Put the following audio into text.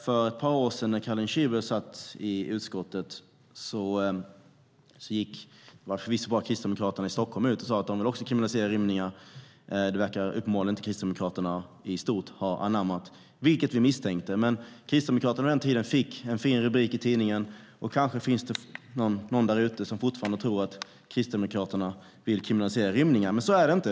För ett par år sedan när Caroline Szyber satt i utskottet gick Kristdemokraterna i Stockholm ut och sa att de också vill kriminalisera rymningar. Det verkar Kristdemokraterna i stort inte ha anammat, vilket vi misstänkte. Men Kristdemokraterna fick vid den tiden en fin rubrik i tidningen, och kanske finns det någon där ute som fortfarande tror att Kristdemokraterna vill kriminalisera rymningar. Men så är det inte.